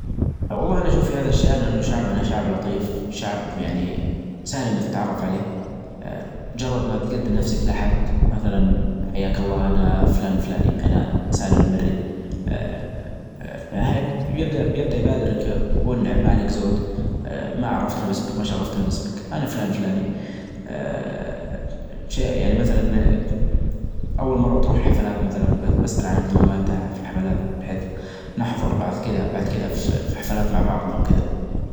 السعادة الشخصية مهمة، لكن المساهمة في المجتمع بعد لها دور كبير لما تكون سعيد وتساعد غيرك، تكون حياتك أكثر معنى يعني لو ركزت على السعادة الشخصية وبنفس الوقت ساهمت في خدمة الناس، بتعيش حياة متوازنة ومليانة رظا.